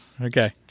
okay